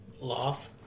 Loth